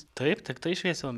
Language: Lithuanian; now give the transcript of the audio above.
taip tiktai šviesiomis